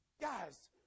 Guys